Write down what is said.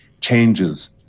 changes